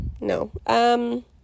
No